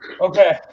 okay